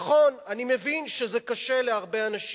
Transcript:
נכון, אני מבין שזה קשה להרבה אנשים,